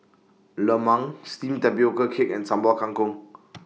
Lemang Steamed Tapioca Cake and Sambal Kangkong